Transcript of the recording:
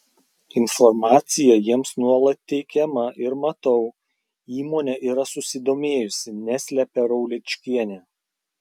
informacija jiems nuolat teikiama ir matau įmonė yra susidomėjusi neslepia rauličkienė